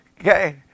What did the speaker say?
Okay